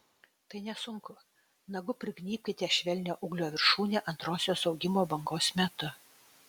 tai nesunku nagu prignybkite švelnią ūglio viršūnę antrosios augimo bangos metu